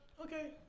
okay